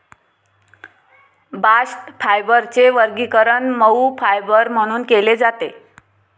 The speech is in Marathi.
बास्ट फायबरचे वर्गीकरण मऊ फायबर म्हणून केले जाते